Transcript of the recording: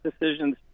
decisions